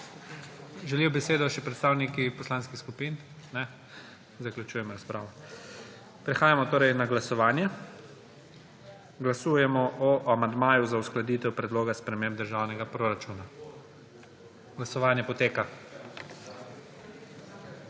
Želijo besedo še predstavniki poslanskih skupin? Ne. Zaključujem razpravo. Prehajamo torej na glasovanje. Glasujemo o amandmaju za uskladitev predloga sprememb državnega proračuna. Glasujemo.